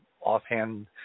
offhand